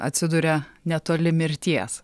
atsiduria netoli mirties